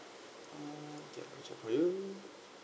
mm for you